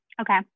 okay